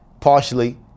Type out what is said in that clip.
partially